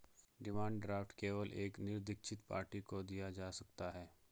demand draft केवल एक निरदीक्षित पार्टी को दिया जा सकता है